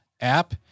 app